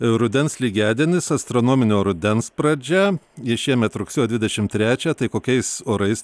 rudens lygiadienis astronominio rudens pradžia ir šiemet rugsėjo dvidešimt trečiąją tai kokiais orais